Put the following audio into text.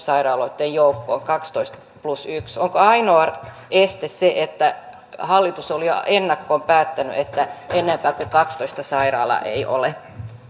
sairaaloitten joukkoon kaksitoista plus yksi onko ainoa este se että hallitus oli jo ennakkoon päättänyt että enempää kuin kaksitoista sairaalaa ei ole